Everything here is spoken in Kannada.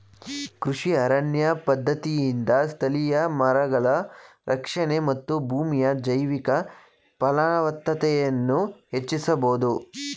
ಕೃಷಿ ಅರಣ್ಯ ಪದ್ಧತಿಯಿಂದ ಸ್ಥಳೀಯ ಮರಗಳ ರಕ್ಷಣೆ ಮತ್ತು ಭೂಮಿಯ ಜೈವಿಕ ಫಲವತ್ತತೆಯನ್ನು ಹೆಚ್ಚಿಸಬೋದು